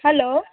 hello